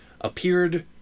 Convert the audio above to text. appeared